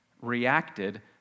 Reacted